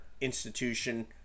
institution